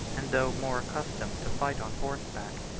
and though more accustomed to fight on horseback,